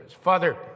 Father